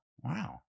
Wow